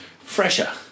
fresher